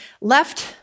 left